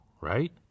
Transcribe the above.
right